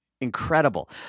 incredible